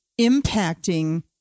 impacting